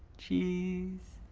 cheese,